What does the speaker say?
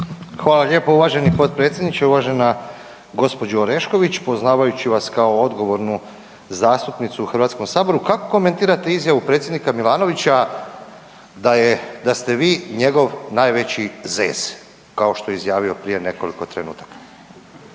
Hvala lijepa uvaženi potpredsjedniče. Uvažena gospođo Orešković, poznavajući vas kao odgovornu zastupnicu u Hrvatskom saboru kako komentirate izjavu predsjednika Milanovića da je, da ste vi njegov najveći zez, kao što je izjavio prije nekoliko trenutaka.